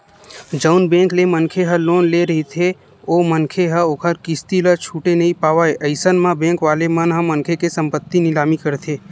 जउन बेंक ले मनखे ह लोन ले रहिथे ओ मनखे ह ओखर किस्ती ल छूटे नइ पावय अइसन म बेंक वाले मन ह मनखे के संपत्ति निलामी करथे